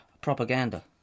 Propaganda